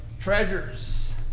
Treasures